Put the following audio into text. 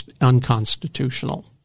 unconstitutional